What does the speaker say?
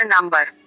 number